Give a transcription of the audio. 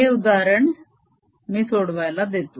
हे उदाहरण मी सोडवायला देतो